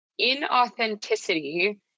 inauthenticity